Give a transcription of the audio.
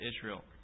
Israel